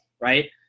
right